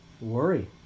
worry